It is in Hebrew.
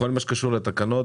בכל מה שקשור לתקנות,